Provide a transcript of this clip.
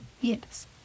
Yes